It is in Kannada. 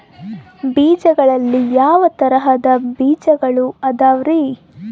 ಬೇಜಗಳಲ್ಲಿ ಯಾವ ತರಹದ ಬೇಜಗಳು ಅದವರಿ?